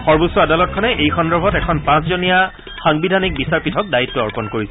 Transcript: সৰ্বোচ্চ আদালতখনে এই সন্দৰ্ভত এখন পাঁচজনীয়া সাংবিধানিক বিচাৰপীঠক দায়িত্ব অৰ্পণ কৰিছে